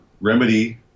Remedy